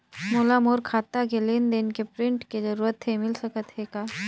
मोला मोर खाता के लेन देन के प्रिंट के जरूरत हे मिल सकत हे का?